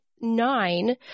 nine